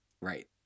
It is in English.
Right